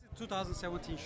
2017